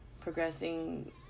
progressing